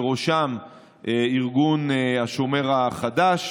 ובראשם ארגון השומר החדש,